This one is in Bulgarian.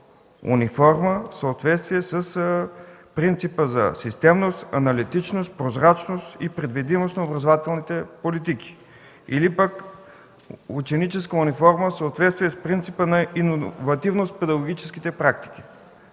униформа в съответствие с принципа за системност, аналитичност, прозрачност и предвидимост на образователните политики или пък ученическа униформа в съответствие с принципа на иновативност в педагогическите практики.